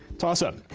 toss-up.